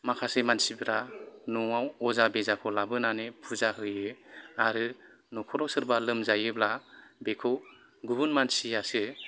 माखासे मानसिफोरा न'आव अजा बेजाखौ लाबोनानै फुजा होयो आरो न'खराव सोरबा लोमजायोबा बेखौ गुबुन मानसियासो